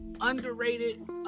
underrated